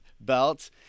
belt